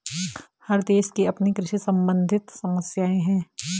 हर देश की अपनी कृषि सम्बंधित समस्याएं हैं